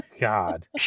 God